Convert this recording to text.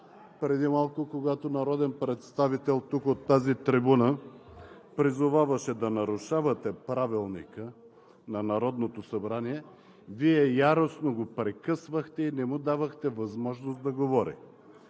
Преди малко, когато народен представител тук, от тази трибуна, призоваваше да нарушавате Правилника на Народното събрание, Вие яростно го прекъсвахте и не му давахте възможност да говори.